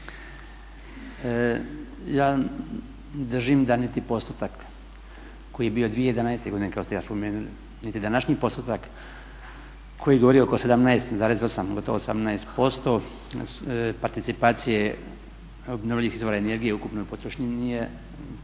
ja držim da niti postotak koji je bio 2011. godine koji ste spomenuli niti današnji postotak koji govori oko 17,8 gotovo 18% participacije obnovljivih izvora energije u ukupnoj potrošnji nije po meni